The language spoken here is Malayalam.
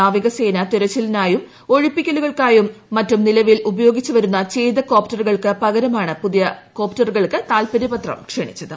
നാവികസേന തെരച്ചിലിനായുള ഒഴിപ്പിക്കലുകൾക്കാ യും മറ്റു നിലവിൽ ഉപയോഗിച്ചുവരുന്നു ച്ചേതക് കോപ്റ്ററുകൾക്ക് പകരമാണ് പുതിയ കോപ്റ്ററുകൾക്ക് തൃത്പര്യപത്രംക്ഷണിച്ചത്